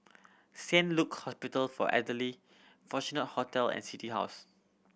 Saint Luke Hospital for Elderly Fortuna Hotel and City House